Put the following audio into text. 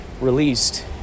released